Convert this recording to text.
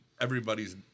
everybody's